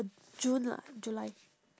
june lah july